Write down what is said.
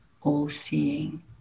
all-seeing